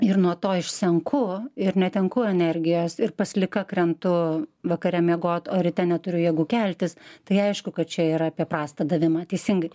ir nuo to išsenku ir netenku energijos ir paslika krentu vakare miegoti o ryte neturiu jėgų keltis tai aišku kad čia yra apie prastą davimą teisingai